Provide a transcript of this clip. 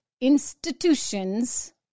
institutions